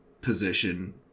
position